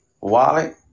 wallet